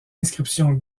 inscriptions